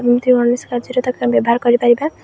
ଏମିତି କୌଣସି କାର୍ଯ୍ୟରେ ତାକୁ ବ୍ୟବହାର କରିପାରିବା